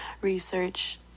research